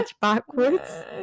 backwards